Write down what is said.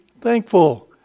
thankful